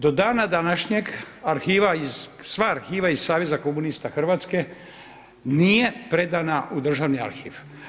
Do dana današnjeg arhiva iz, sva arhiva iz Saveza komunista Hrvatske nije predana u Državni arhiv.